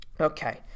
Okay